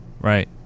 Right